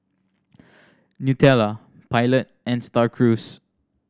Nutella Pilot and Star Cruise